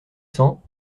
cents